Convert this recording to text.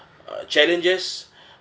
uh challenges